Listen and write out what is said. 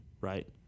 Right